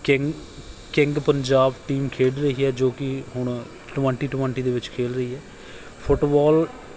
king king Punjab team ਖੇਡ ਰਹੀ ਹੈ ਜੋ ਕਿ ਹੁਣ ਟਵੰਟੀ ਟਵੰਟੀ ਦੇ ਵਿੱਚ ਖੇਡ ਰਹੀ ਹੈ ਫੁੱਟਬੋਲ